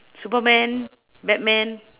superman batman